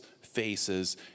faces